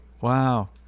wow